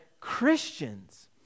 Christians